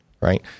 right